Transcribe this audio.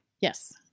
Yes